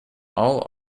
all